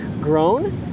grown